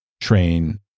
train